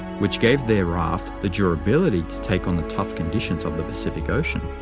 which gave their raft the durability to take on the tough conditions of the pacific ocean.